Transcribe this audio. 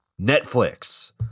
Netflix